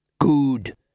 Good